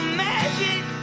magic